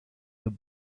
the